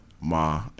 Ma